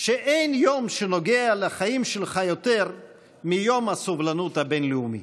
שאין יום שנוגע לחיים שלך יותר מיום הסובלנות הבין-לאומי.